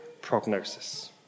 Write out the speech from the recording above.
prognosis